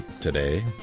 today